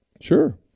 Sure